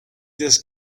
this